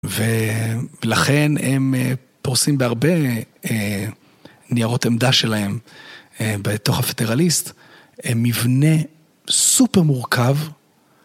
ולכן הם פורסים בהרבה ניירות עמדה שלהם בתוך הפדראליסט, מבנה סופר מורכב.